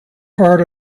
part